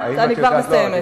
חברת הכנסת בלילא,